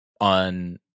on